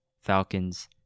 Falcons